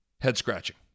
Head-scratching